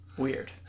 weird